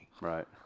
Right